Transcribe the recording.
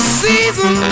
season